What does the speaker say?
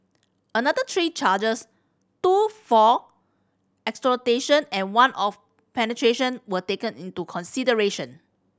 another three charges two for exploitation and one of penetration were taken into consideration